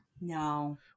No